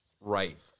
right